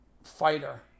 fighter